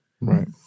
Right